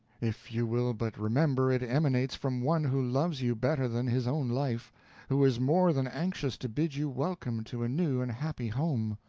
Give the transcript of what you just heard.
if you will but remember it emanates from one who loves you better than his own life who is more than anxious to bid you welcome to a new and happy home.